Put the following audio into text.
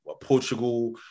Portugal